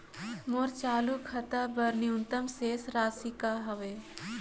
मोर चालू खाता बर न्यूनतम शेष राशि का हवे?